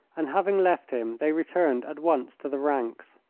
and having left him they returned at once to the ranks.